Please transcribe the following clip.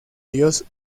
dios